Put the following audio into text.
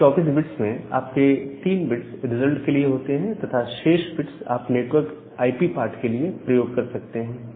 इन 24 bits में आपके पास 3 बिट्स रिजल्ट के लिए होते हैं तथा शेष बिट्स को आप नेटवर्क आईपी पार्ट के लिए प्रयोग कर सकते हैं